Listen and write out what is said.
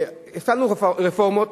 הפעלנו רפורמות,